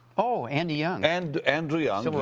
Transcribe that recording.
oh, andy young. and andrew young. civil